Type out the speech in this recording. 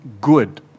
good